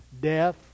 death